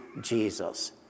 Jesus